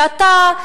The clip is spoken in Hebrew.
ואתה,